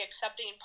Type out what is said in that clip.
accepting